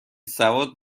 سواد